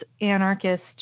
anarchist